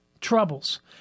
troubles